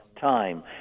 time